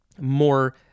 more